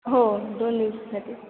हो दोन दिवसासाठी